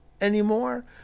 anymore